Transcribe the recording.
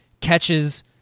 catches